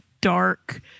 dark